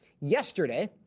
Yesterday